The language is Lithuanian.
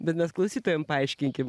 bet mes klausytojam paaiškinkim